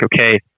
okay